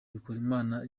bikorimana